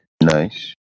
Nice